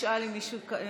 (קוראת בשמות חברי הכנסת)